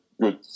good